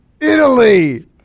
Italy